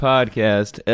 Podcast